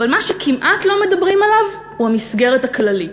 אבל מה שכמעט לא מדברים עליו הוא המסגרת הכללית: